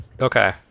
Okay